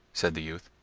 said the youth.